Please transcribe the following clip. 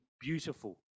beautiful